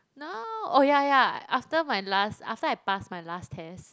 no oh ya ya after my last after I pass my last test